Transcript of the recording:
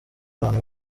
abantu